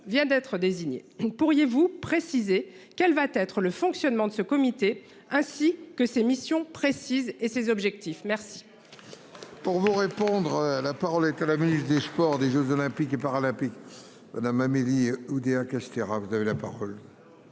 Pourriez-vous préciser quel va être le fonctionnement de ce comité, ainsi que ses missions précises et ses objectifs. Merci.